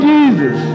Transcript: Jesus